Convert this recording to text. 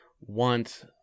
want